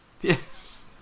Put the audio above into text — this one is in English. Yes